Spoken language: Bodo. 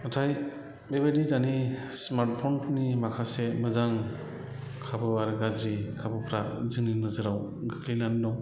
नाथाय बेबायदि दानि स्मार्टफनफोरनि माखासे मोजां खाबु आरो गाज्रि खाबुफ्रा जोंनि नोजोराव खोख्लैनानै दं